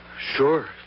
Sure